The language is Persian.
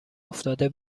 افتاده